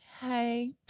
hey